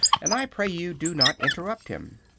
and i pray you do not interrupt him.